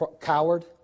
coward